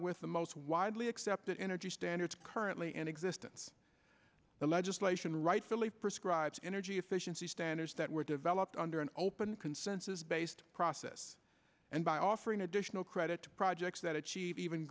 with the most widely accepted energy standards currently in existence the legislation rightfully perscribe energy efficiency standards that were developed under an open consensus based process and by offering additional credit to projects that achieve even